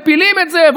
מפילים את זה,